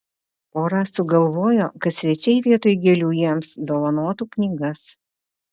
pora sugalvojo kad svečiai vietoj gėlių jiems dovanotų knygas